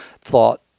thought